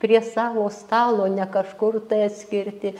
prie savo stalo ne kažkur tai atskirti